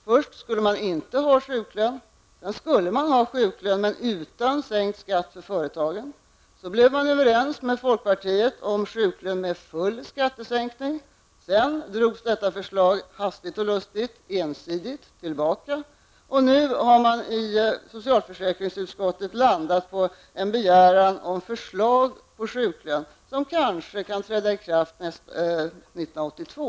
Först skulle man inte ha sjuklön, sedan skulle man ha sjuklön men utan sänkt skatt för företagen, därefter blev man överens med folkpartiet liberalerna om sjuklön med full skattesänkning, sedan drogs detta förslag hastigt och lustigt ensidigt tillbaka och nu har man i socialförsäkringsutskottet landat på en begäran om förslag på sjuklön som kanske kan träda i kraft 1992.